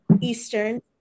Eastern